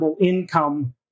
income